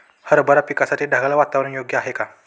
हरभरा पिकासाठी ढगाळ वातावरण योग्य आहे का?